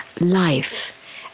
life